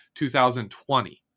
2020